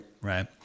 Right